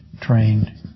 trained